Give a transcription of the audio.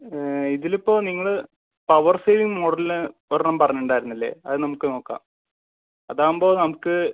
ഇതിൽ ഇപ്പോൾ നിങ്ങൾ പവർ സേവിംഗ് മോഡലിന് ഒരെണ്ണം പറഞ്ഞിട്ടുണ്ടായിരുന്നില്ലേ അത് നമുക്ക് നോക്കാം അത് ആവുമ്പോൾ നമുക്ക്